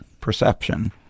perception